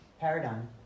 paradigm